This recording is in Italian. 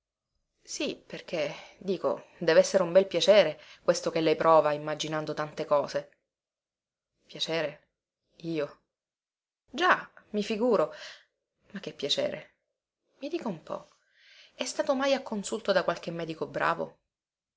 sì perché dico devessere un bel piacere questo che lei prova immaginando tante cose piacere io già mi figuro ma che piacere i dica un po è stato mai a consulto da qualche medico bravo